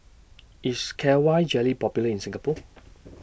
IS K Y Jelly Popular in Singapore